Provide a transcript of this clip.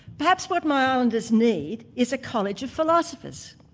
perhaps what my islanders need is a college of philosophers,